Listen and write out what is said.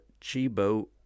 Chibo